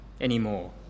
anymore